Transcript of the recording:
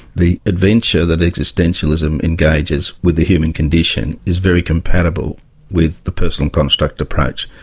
the adventure that existentialism engages with the human condition is very compatible with the personal construct approach.